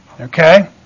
Okay